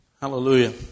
Hallelujah